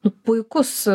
nu puikus